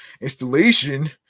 Installation